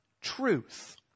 truth